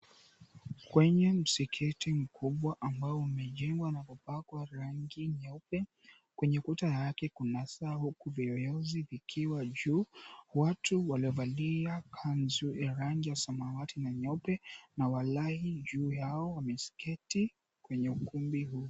Kwenye msikiti mkubwa ambao umejengwa na kupakwa rangi nyeupe kwenye kuta yake kuna saa huku viyoyozi vikiwa juu, watu waliovalia kanzu ya rangi ya samawati na nyeupe na walahi juu yao wameketi kwenye ukumbi.